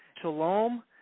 Shalom